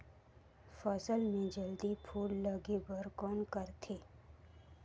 फसल मे जल्दी फूल लगे बर कौन करथे?